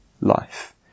life